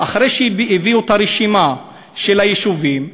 אחרי שהביאו את הרשימה של היישובים,